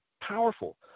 powerful